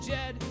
Jed